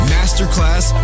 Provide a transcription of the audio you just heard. Masterclass